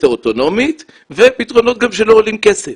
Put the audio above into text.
האוטונומית ופתרונות גם שלא עולים כסף.